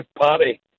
party